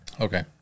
Okay